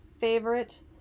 favorite